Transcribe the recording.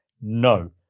No